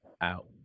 out